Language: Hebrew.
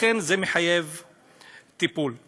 לכן, זה מחייב טיפול.